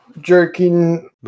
jerking